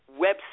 website